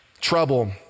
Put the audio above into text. trouble